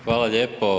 Hvala lijepo.